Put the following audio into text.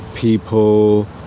people